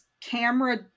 camera